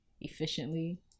efficiently